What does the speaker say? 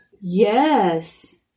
Yes